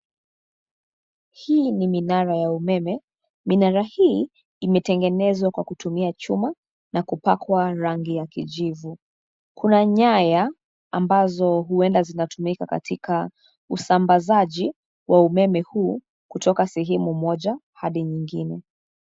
Hii ni minara ya umeme. Minara hii, imetengenezwa kwa kutumia chuma, na kupakwa rangi ya kijivu. Kuna nyaya ambazo huenda zinatumika katika usambazaji wa umeme huu, kutoka sehemu moja hadi nyingine.